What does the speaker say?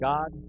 God